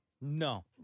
no